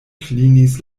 klinis